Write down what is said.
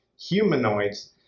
humanoids